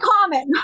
common